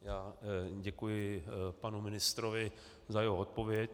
Já děkuji panu ministrovi za jeho odpověď.